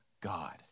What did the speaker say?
God